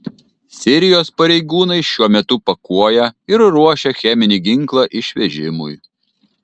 sirijos pareigūnai šiuo metu pakuoja ir ruošia cheminį ginklą išvežimui